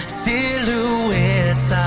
silhouettes